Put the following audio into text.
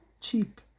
cheap